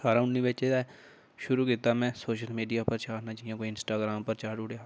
ठारां उन्नी बिच्च गै शूरु कीता में सोशल मिडिया उप्पर चाढ़ना जि'यां कुदै इंस्टाग्राम उप्पर चाडूडेआ